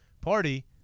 party